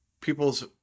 people's